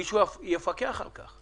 מישהו יפקח על כך.